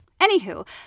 Anywho